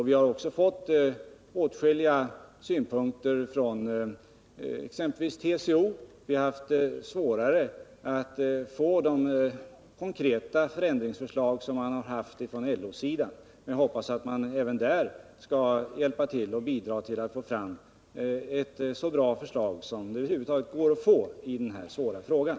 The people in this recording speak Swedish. Vi har också fått åtskilliga synpunkter från exempelvis TCO, medan vi har haft svårare att få några konkreta förändringsförslag från LO-sidan. Jag hoppas att man även där skall hjälpa till att få fram ett så bra förslag som det går att få i den här svåra frågan.